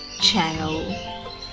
channel